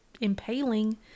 impaling